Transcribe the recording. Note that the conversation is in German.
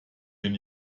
den